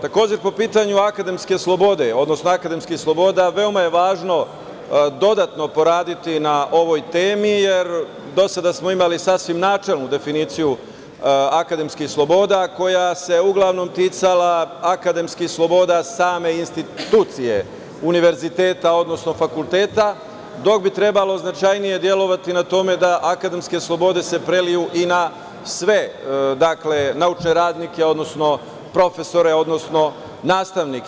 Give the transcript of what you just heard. Takođe, po pitanju akademske slobode, odnosno akademskih sloboda, veoma je važno dodatno poraditi na ovoj temi, jer do sada smo imali sasvim načelnu definiciju akademskih sloboda koja se uglavnom ticala akademskih sloboda same institucije univerziteta, odnosno fakulteta, dok bi trebalo značajnije delovati na tome da se akademske slobode preliju i na sve, dakle naučne radnike, odnosno profesore i nastavnike.